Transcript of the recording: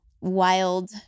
wild